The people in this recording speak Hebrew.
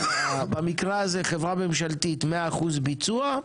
במקרה הזה חברה ממשלתית 100% ביצוע,